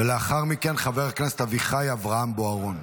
ולאחר מכן, חבר הכנסת אביחי אברהם בוארון.